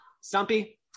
Stumpy